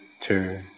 two